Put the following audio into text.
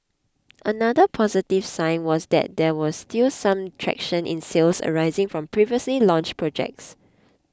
another positive sign was that there was still some traction in sales arising from previously launched projects